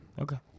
okay